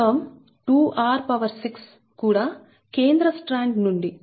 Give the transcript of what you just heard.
term 6 కూడా కేంద్ర స్ట్రాండ్ నుండి